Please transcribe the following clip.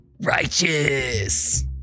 Righteous